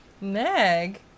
Meg